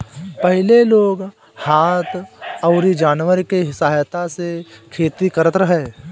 पहिले लोग हाथ अउरी जानवर के सहायता से खेती करत रहे